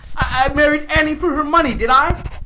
i married annie for her money, did i?